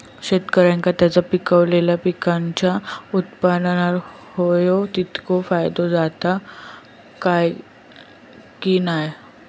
शेतकऱ्यांका त्यांचा पिकयलेल्या पीकांच्या उत्पन्नार होयो तितको फायदो जाता काय की नाय?